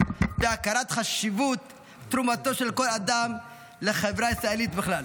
והכרת חשיבות תרומתו של כל אדם לחברה הישראלית בכלל.